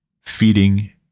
feeding